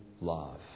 love